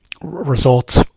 results